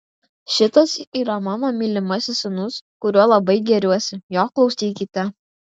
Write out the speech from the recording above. šitas yra mano mylimasis sūnus kuriuo labai gėriuosi jo klausykite